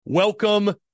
Welcome